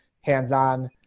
hands-on